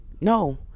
no